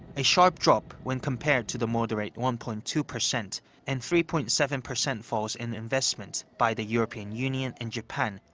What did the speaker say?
a sharp drop when compared to the moderate one point two percent and three point seven percent falls in investment by the european union and japan,